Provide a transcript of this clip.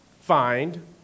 find